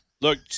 Look